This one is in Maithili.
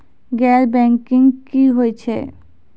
गैर बैंकिंग की होय छै?